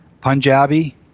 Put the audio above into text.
Punjabi